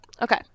Okay